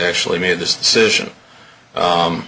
actually made this decision